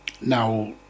Now